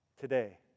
today